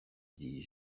dis